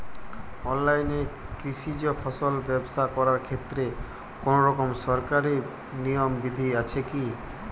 অনলাইনে কৃষিজ ফসল ব্যবসা করার ক্ষেত্রে কোনরকম সরকারি নিয়ম বিধি আছে কি?